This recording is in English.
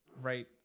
right